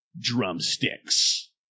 drumsticks